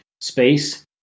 space